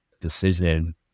decision